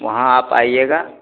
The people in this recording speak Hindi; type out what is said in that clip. वहाँ आप आइएगा